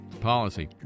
Policy